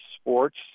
sports